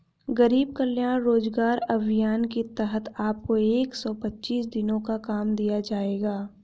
गरीब कल्याण रोजगार अभियान के तहत आपको एक सौ पच्चीस दिनों का काम दिया जाएगा